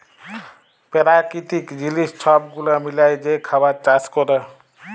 পেরাকিতিক জিলিস ছব গুলা মিলায় যে খাবার চাষ ক্যরে